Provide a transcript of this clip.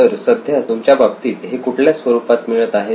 तर सध्या तुमच्या बाबतीत हे कुठल्या स्वरूपात मिळत आहेत